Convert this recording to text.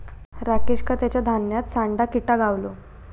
राकेशका तेच्या धान्यात सांडा किटा गावलो